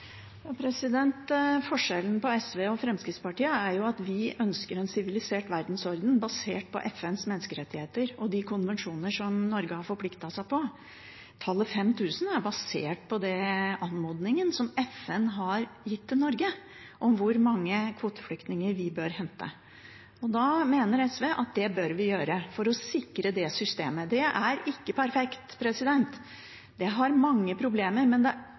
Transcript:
Forskjellen på SV og Fremskrittspartiet er at vi ønsker en sivilisert verdensorden basert på FNs menneskerettigheter og de konvensjoner Norge har forpliktet seg til. Tallet 5 000 er basert på anmodningen FN har gitt til Norge om hvor mange kvoteflyktninger vi bør hente. Da mener SV at det bør vi gjøre, for å sikre det systemet. Det er ikke perfekt, det har mange problemer, men til dags dato er det